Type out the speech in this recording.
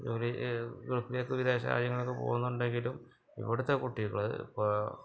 ഒരു വിദേശ്യകാര്യങ്ങളൊക്കെ പോകുന്നുണ്ടെങ്കിലും ഇവിടത്തെ കുട്ടികൾ ഇപ്പോൾ